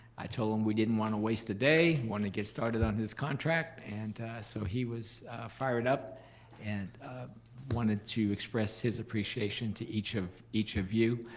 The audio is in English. i told him we didn't want to waste a day, want to get started on his contract and so he was fired up and wanted to express his appreciation to each of each of you.